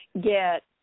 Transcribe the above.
get